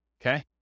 okay